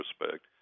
respect